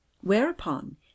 whereupon